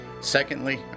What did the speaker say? Secondly